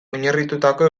oinarritutako